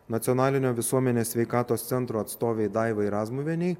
nacionalinio visuomenės sveikatos centro atstovė daivai razmuvienei